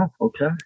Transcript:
okay